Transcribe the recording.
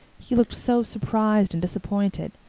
he looked so surprised and disappointed.